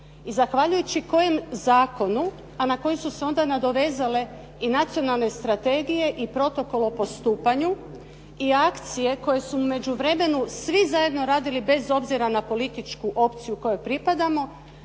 i zahvaljujući kojem zakonu, a na koji su se onda nadovezale i nacionalne strategije i protokol o postupanju i akcije koje su u međuvremenu svi zajedno radili bez obzira na političku opciju kojoj pripadamo,